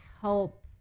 help